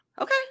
okay